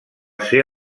ser